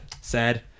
sad